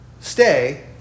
stay